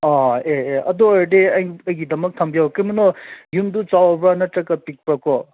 ꯑꯥ ꯑꯦ ꯑꯦ ꯑꯗꯨ ꯑꯣꯏꯔꯗꯤ ꯑꯩ ꯑꯩꯒꯤꯗꯃꯛ ꯊꯝꯕꯤꯌꯣ ꯀꯩꯅꯣꯃ ꯌꯨꯝꯗꯨ ꯆꯥꯎꯕ꯭ꯔꯥ ꯅꯠꯇ꯭ꯔꯒ ꯄꯤꯛꯄꯀꯣ